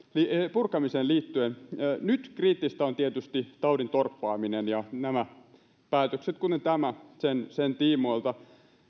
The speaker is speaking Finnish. purkamiseen liittyen nyt kriittisiä ovat tietysti taudin torppaaminen ja nämä päätökset kuten tämä sen sen tiimoilta